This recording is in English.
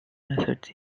assets